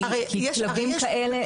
כי כלבים כאלה,